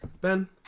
Ben